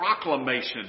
proclamation